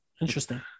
Interesting